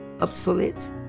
Obsolete